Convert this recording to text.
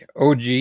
OG